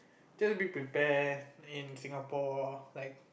just be prepare in Singapore like